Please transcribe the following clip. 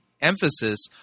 emphasis